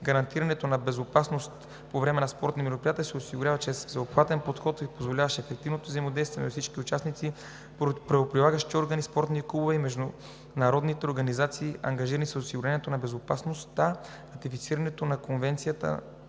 Гарантирането на безопасност по време на спортни мероприятия се осигурява чрез всеобхватен подход, позволяващ ефективно взаимодействие между всички участници – правоприлагащите органи, спортните клубове и международните организации, ангажирани с осигуряването на безопасността. Ратифицирането на Конвенция